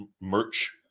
merch